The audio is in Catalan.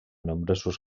nombrosos